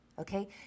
okay